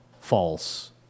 false